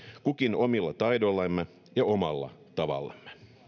kukin omilla taidoillamme ja omalla tavallamme